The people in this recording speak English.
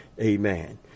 Amen